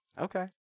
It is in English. Okay